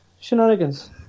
shenanigans